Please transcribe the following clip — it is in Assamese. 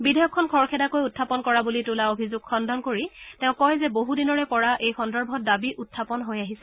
বিধেয়কখন খৰখেদাকৈ উখাপন কৰা বুলি তোলা অভিযোগ খণুন কৰি তেওঁ কয় যে বহুদিনৰে পৰা এই সন্দৰ্ভত দাবী উখাপন হৈ আহিছে